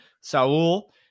Saul